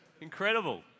Incredible